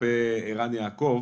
כלפי ערן יעקב